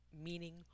meaning